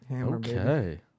Okay